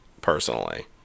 personally